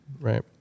right